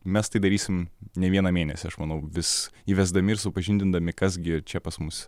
mes tai darysim ne vieną mėnesį aš manau vis įvesdami ir supažindindami kas gi čia pas mus